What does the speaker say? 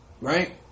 right